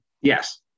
Yes